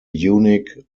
unique